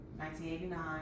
1989